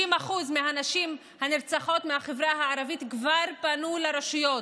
50% מהנשים הנרצחות בחברה הערבית כבר פנו לרשויות,